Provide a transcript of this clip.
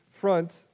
front